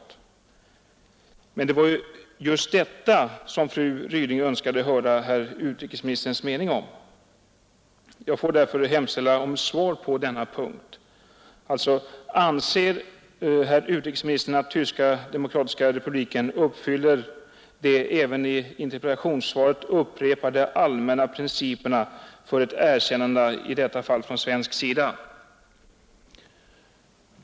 Men det var just detta fru Ryding önskade höra herr utrikesministerns mening om. Jag får därför hemställa om ett svar på denna punkt. Anser herr utrikesministern att Tyska demokratiska republiken uppfyller de även i interpellationssvaret upprepade allmänna principerna för ett erkännande, i detta fall från svensk sida?